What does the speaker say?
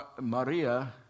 Maria